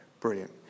brilliant